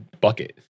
bucket